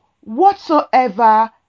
whatsoever